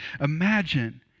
Imagine